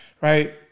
right